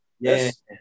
yes